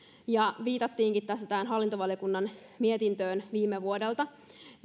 ja viitattiinkin tässä tähän hallintovaliokunnan mietintöön viime vuodelta